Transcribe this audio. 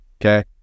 okay